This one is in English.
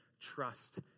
trust